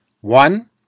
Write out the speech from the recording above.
One